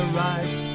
right